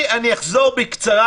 אני אחזור בקצרה,